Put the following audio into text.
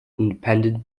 independent